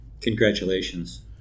Congratulations